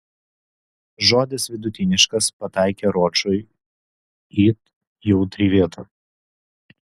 žodis vidutiniškas pataikė ročui į jautri vietą